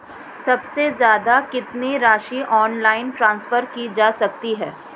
सबसे ज़्यादा कितनी राशि ऑनलाइन ट्रांसफर की जा सकती है?